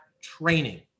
training